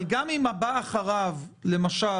אבל גם אם הבא אחריו למשל,